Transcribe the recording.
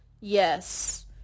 Yes